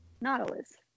Nautilus